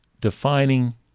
defining